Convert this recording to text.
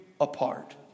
apart